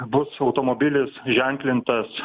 bus automobilis ženklintas